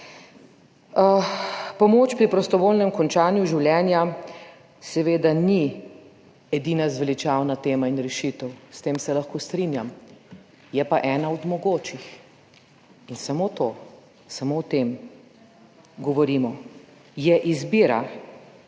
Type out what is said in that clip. Pomoč pri prostovoljnem končanju življenja seveda ni edina zveličavna tema in rešitev, s tem se lahko strinjam, je pa ena od mogočih in samo o tem govorimo. Je izbira